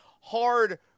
hard